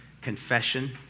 confession